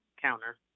counter